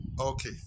okay